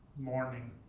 morning.